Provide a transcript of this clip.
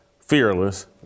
fearless